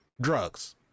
drugs